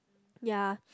ya